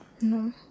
No